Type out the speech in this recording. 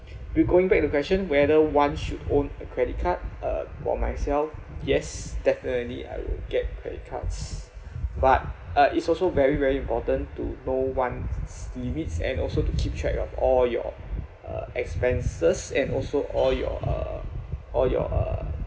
we going back to question whether one should own a credit card uh for myself yes definitely I will get credit cards but uh it's also very very important to know one's limits and also to keep track of all your uh expenses and also all your uh all your uh